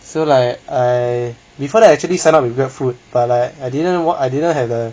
so like I before that actually set up with Grabfood but I I didn't wan~ I didn't have a